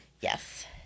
Yes